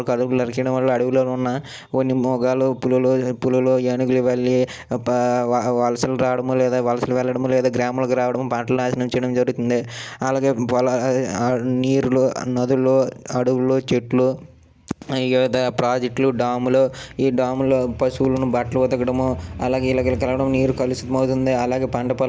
అలాగే ఆ రేడియేషన్ వల్ల తల నొప్పులు కంటి నొప్పులు ఇంగ ఇలా ఆకలి వేయకపోవడము మలబద్దకము షుగర్లు బీపీలు ఇలాగా సాఫ్ట్వేర్ ముందలే సెల్ ముందల కూర్చొని వ్యాయామం లేక శరీరం బద్ధకంకి మరియు కొవ్వులు ఎక్కువగా కరిగి చాలా రకాల గుండెపోటు బీపీ పెరగడము లేదంటే టైఫాయిడ్ ఇలా చాలా రకాలైన వ్యాధులు వస్తున్నాయి